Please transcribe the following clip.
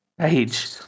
age